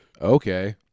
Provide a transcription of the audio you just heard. Okay